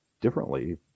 differently